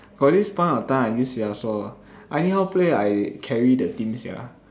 got this point of time I use this yasuo ah I anyhow play ah I carry the team sia